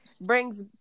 brings